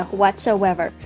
whatsoever